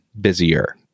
Busier